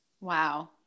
Wow